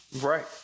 Right